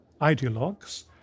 ideologues